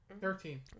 Thirteen